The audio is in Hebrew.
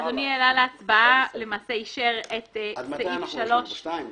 הצבעה בעד פה אחד סעיף 3(א)